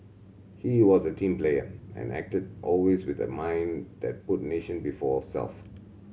he was a team player and acted always with a mind that put nation before self